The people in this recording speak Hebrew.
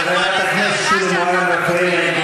חברת הכנסת שולי מועלם-רפאלי,